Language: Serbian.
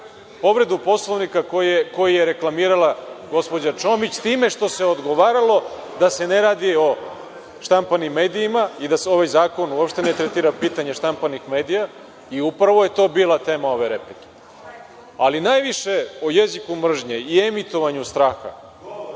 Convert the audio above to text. povredu Poslovnika koji je reklamirala gospođa Čomić, s time što se odgovaralo da se ne radi o štampanim medijima i da ovaj zakon uopšte ne tretira pitanje štampanih medija. Upravo je to bila tema ove replike. Najviše o jeziku mržnje i emitovanju straha